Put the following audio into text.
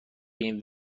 این